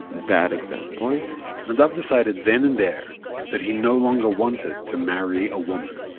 that exact point nadav decided then and there that he no longer wanted to marry a woman.